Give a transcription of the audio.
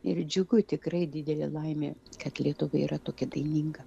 ir džiugu tikrai didelė laimė kad lietuva yra tokia daininga